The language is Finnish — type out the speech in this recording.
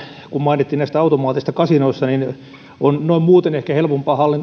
kun mainittiin näistä automaateista kasinoissa niin on ehkä helpompaa